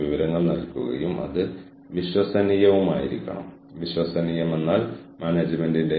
എവിടെയാണ് തെറ്റ് സംഭവിക്കുന്നതെന്ന് അവർക്ക് അറിയണം